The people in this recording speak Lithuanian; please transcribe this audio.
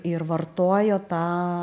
ir vartojo tą